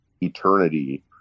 eternity